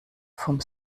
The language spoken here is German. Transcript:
vom